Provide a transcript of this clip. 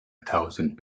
thousand